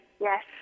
Yes